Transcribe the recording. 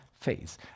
phase